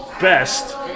best